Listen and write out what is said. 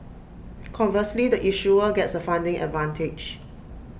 conversely the issuer gets A funding advantage